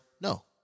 No